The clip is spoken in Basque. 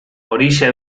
horixe